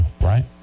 right